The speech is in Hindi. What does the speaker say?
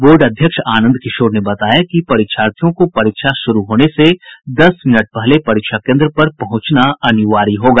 बोर्ड अध्यक्ष आनंद किशोर ने बताया कि परीक्षार्थियों को परीक्षा शुरू होने से दस मिनट पहले परीक्षा केन्द्र पर पहुंचना अनिवार्य होगा